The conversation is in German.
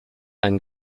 ein